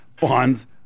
bonds